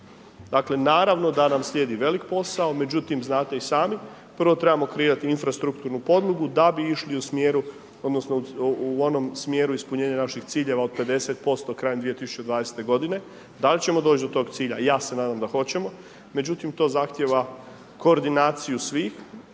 kuna. Naravno da nam slijedi velik posao, međutim znate i sami, prvo trebamo kreirat infrastrukturnu podlogu da bi išli u smjeru, odnosno u onom smjeru ispunjenja naših ciljeva od 50% krajem 2020. godine, da li ćemo doć do tog cilja? Ja se nadam da hoćemo. Međutim to zahtijeva koordinaciju svih